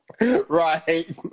Right